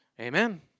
Amen